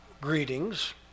greetings